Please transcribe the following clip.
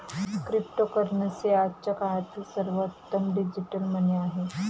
cryptocurrency आजच्या काळातील सर्वोत्तम डिजिटल मनी आहे